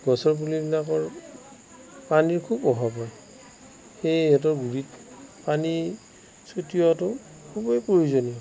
গছৰ পুলিবিলাকৰ পানীৰ খুব অভাৱ হয় সেয়ে সিহঁতৰ গুড়িত পানী ছটিওৱাটো খুবেই প্ৰয়োজনীয়